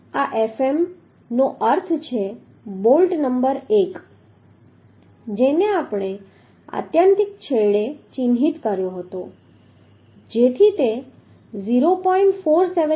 આ Fm1 નો અર્થ છે બોલ્ટ નંબર 1 જેને આપણે આત્યંતિક છેડે ચિહ્નિત કર્યો હતો જેથી તે 0